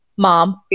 Mom